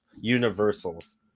universals